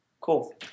Cool